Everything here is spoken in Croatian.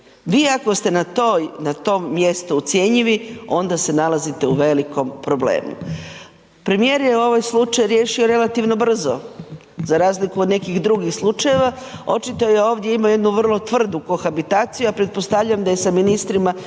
Vi ako ste na toj, na tom mjestu ucjenjivi onda se nalazite u velikom premijeru. Premijer je ovaj slučaj riješio relativno brzo za razliku od nekih drugih slučajeva, očito je ovdje imo jednu vrlo tvrdu kohabitaciju, a pretpostavljam da je sa ministrima